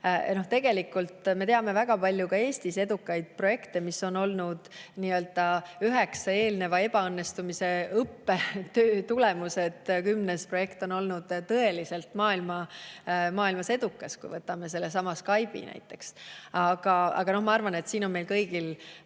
Tegelikult me teame väga palju ka Eestis edukaid projekte, mis on olnud üheksa eelneva ebaõnnestumise õppetöö tulemused, kümnes projekt on olnud maailmas tõeliselt edukas, kui võtame sellesama Skype'i näiteks. Aga ma arvan, et siin on meil kõigil